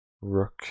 rook